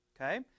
Okay